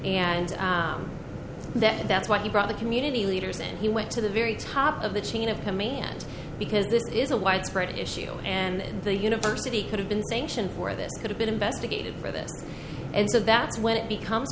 and that that's what he brought the community leaders and he went to the very top of the chain of command because this is a widespread issue and the university could have been sanctioned where this could have been investigated for this and so that's when it becomes